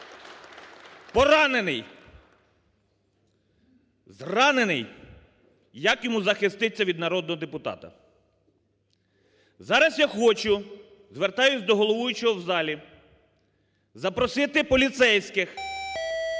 поранений, зранений, як йому захиститься від народного депутата? Зараз я хочу, звертаюсь до головуючого в залі, запросити поліцейських до